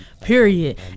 period